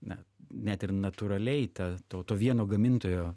ne net ir natūraliai ta to to vieno gamintojo